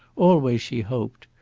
always she hoped.